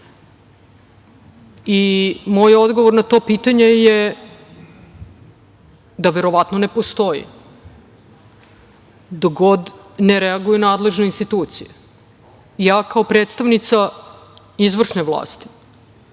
Moj odgovor na to pitanje je da verovatno ne postoji, dok god ne reaguju nadležne institucije. Ja, kao predstavnica izvršne vlasti,